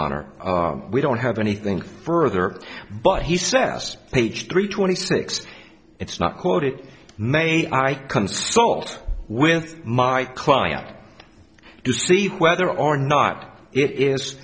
honor we don't have anything further but he says page three twenty six it's not quote it may i consult with my client to see whether or not it is